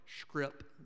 script